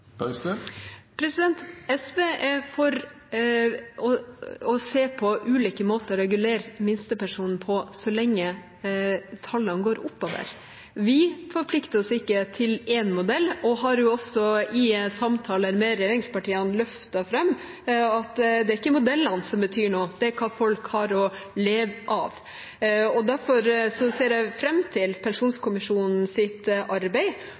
SV er for å se på ulike måter å regulere minstepensjonen på så lenge tallene går oppover. Vi forplikter oss ikke til én modell, og vi har også i samtaler med regjeringspartiene løftet fram at det ikke er modellene som betyr noe, det er hva folk har å leve av. Derfor ser jeg fram til pensjonsutvalgets arbeid